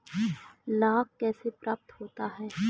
लाख कैसे प्राप्त होता है?